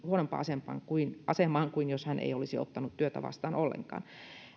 huonompaan asemaan kuin asemaan kuin jos hän ei olisi ottanut työtä vastaan ollenkaan